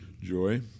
joy